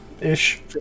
Ish